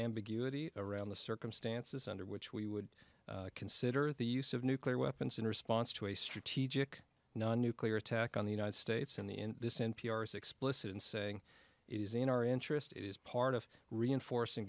ambiguity around the circumstances under which we would consider the use of nuclear weapons in response to a strategic nuclear attack on the united states in the in this n p r s explicit in saying it is in our interest is part of reinforcing